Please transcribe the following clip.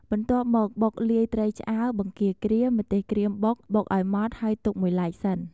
បន្ទាប់មក បុកលាយត្រីឆ្អើរ បង្គាក្រៀម ម្ទេសក្រៀមបុក បុកឱ្យម៉ដ្ឋហើយទុកមួយឡែកសិន។